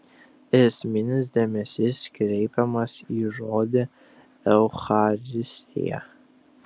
esminis dėmesys kreipiamas į žodį eucharistija